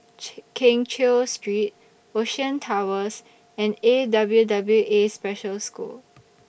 Keng Cheow Street Ocean Towers and A W W A Special School